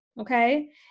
Okay